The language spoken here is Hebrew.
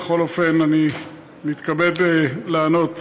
בכל אופן, אני מתכבד לענות.